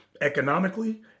economically